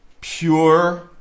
pure